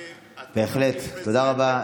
בהחלט, תודה רבה.